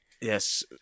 Yes